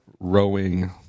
Rowing